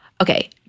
Okay